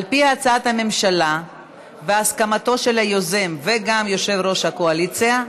על פי הצעת הממשלה ובהסכמתם של היוזם ויושב-ראש הקואליציה,